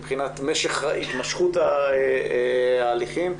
מבחינת התמשכות ההליכים,